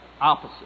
opposite